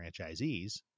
franchisees